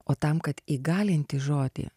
o tam kad įgalinti žodį